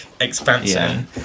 expansion